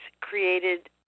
created